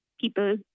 people